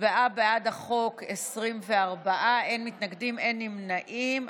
הצבעה בעד החוק, 24, אין מתנגדים, אין נמנעים.